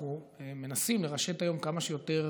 אנחנו מנסים לרשת היום כמה שיותר